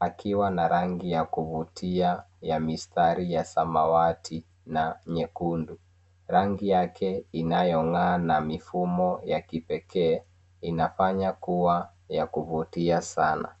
akiwa na rangi ya kuvutia ya mistari ya samawati na nyekundu rangi yake inayongaa na mifumo ya kipekee inafanya kuwa ya kuvutia sana